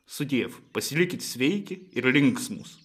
sudiev pasilikit sveiki ir linksmūs